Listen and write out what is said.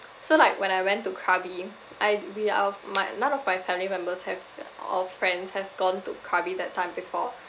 so like when I went to krabi I'd we of my none of my family members have ya or friends have gone to krabi that time before